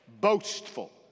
boastful